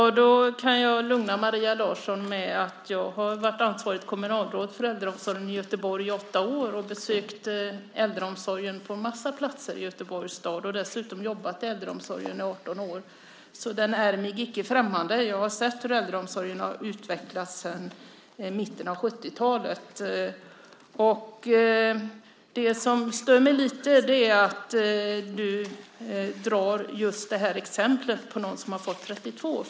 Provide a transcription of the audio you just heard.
Herr talman! Jag kan lugna Maria Larsson med att jag har varit ansvarigt kommunalråd för äldreomsorgen i Göteborg i åtta år. Jag har besökt äldreomsorgen på en massa platser i Göteborgs stad, och dessutom har jag jobbat i äldreomsorgen i 18 år. Den är mig icke främmande. Jag har sett hur äldreomsorgen har utvecklats sedan mitten av 70-talet. Det som stör mig lite är att du tar just exemplet på någon som har haft 32 vårdare.